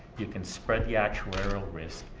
you can spread the actuarial risk.